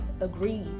agree